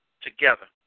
together